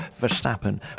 Verstappen